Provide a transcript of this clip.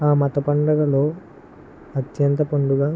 ఆ మత పండుగలో అత్యంత పండుగ